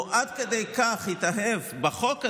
והוא עד כדי כך התאהב בחוק הזה,